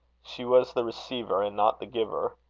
she was the receiver and not the giver.